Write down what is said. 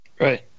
Right